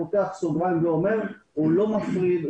אני פותח סוגריים ואומר היא לא מפרידה